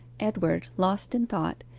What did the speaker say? edward, lost in thought,